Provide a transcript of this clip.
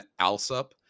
Alsup